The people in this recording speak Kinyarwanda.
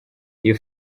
iyi